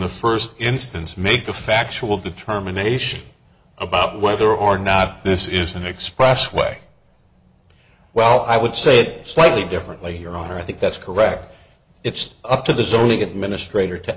the first instance make a factual determination about whether or not this is an expressway well i would say it slightly differently your honor i think that's correct it's up to the zoning administrator to